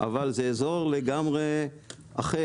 אבל זה אזור לגמרי אחר,